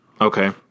Okay